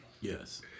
Yes